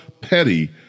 petty